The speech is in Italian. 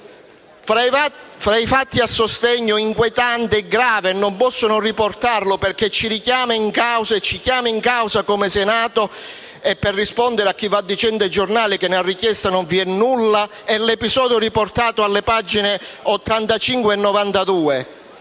Fra i fatti a sostegno è inquietante e grave - non posso non riportarlo, perché ci chiama in causa come Senato, anche per rispondere a chi va dicendo ai giornali che nella richiesta non vi è nulla - l'episodio riportato nelle pagine 85 e 92,